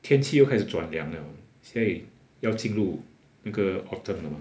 天气又开始转凉 liao 现在要进入那个 autumn 了